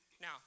Now